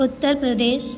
Uttar Pradesh